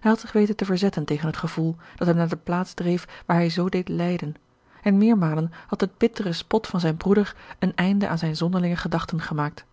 hij had zich weten te verzetten tegen het gevoel dat hem naar de plaats dreef waar hij zoo deed lijden en meermalen had de bittere spot van zijn broeder een einde aan zijne zonderlinge gedachten gemaakt